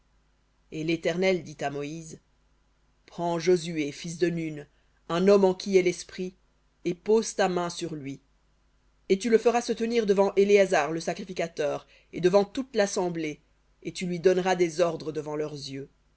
et l'éternel dit à moïse prends josué fils de nun un homme en qui est l'esprit et pose ta main sur lui et tu le feras se tenir devant éléazar le sacrificateur et devant toute l'assemblée et tu lui donneras des ordres devant leurs yeux